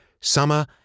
summer